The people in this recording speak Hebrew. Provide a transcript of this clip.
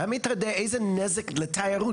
והאם אתה יודע איזה נזק כלכלי לתיירות,